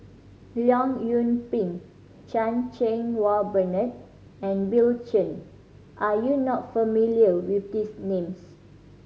Leong Yoon Pin Chan Cheng Wah Bernard and Bill Chen are you not familiar with these names